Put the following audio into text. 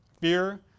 Fear